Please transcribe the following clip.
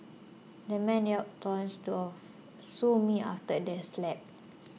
the man yelled taunts to a sue me after the slap